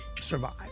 survive